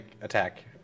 attack